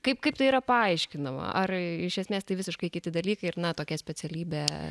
kaip kaip tai yra paaiškinama ar iš esmės tai visiškai kiti dalykai ir na tokia specialybė